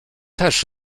też